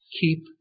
Keep